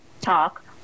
talk